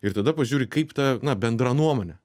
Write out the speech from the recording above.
ir tada pažiūri kaip ta na bendra nuomonė